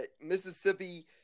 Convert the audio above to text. Mississippi